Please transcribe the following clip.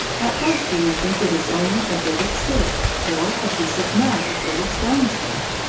at first you may think it is only a bit of stick, or a piece of mud with little stones in it,